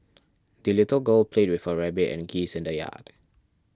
the little girl played with her rabbit and geese in the yard